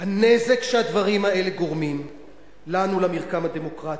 הנזק שהדברים האלה גורמים לנו, למרקם הדמוקרטי,